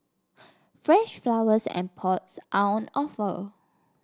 fresh flowers and pots are on offer